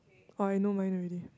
or you know mine already